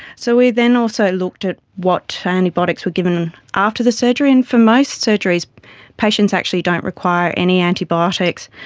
so we then also looked at what antibiotics were given after the surgery, and for most surgeries patients actually don't require any antibiotics.